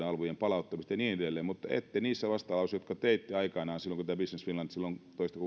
alvien palauttamiset ja niin edelleen mutta ette niissä vastalauseissa jotka teitte aikanaan silloin